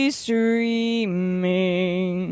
streaming